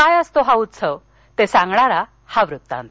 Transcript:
काय असतो हा उत्सव ते सांगणारा हा वृत्तांत